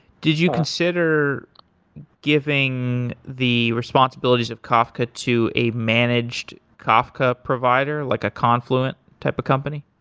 did you consider giving the responsibilities of kafka to a managed kafka provider like a confluent type of company?